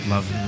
Love